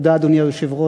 תודה, אדוני היושב-ראש,